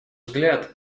взгляд